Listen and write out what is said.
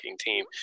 team